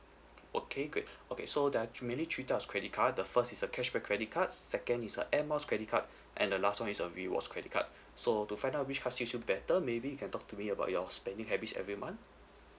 okay great okay so there are mainly three types of credit card the first is a cashback credit card second is a Air Miles credit card and uh last one is a rewards credit card so to find out which card suit you better maybe you can talk to me about your spending habits every month